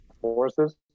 forces